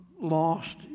lost